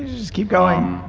just keep going.